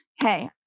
hey